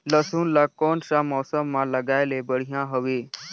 लसुन ला कोन सा मौसम मां लगाय ले बढ़िया हवे?